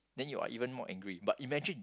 then you are even more angry but imagine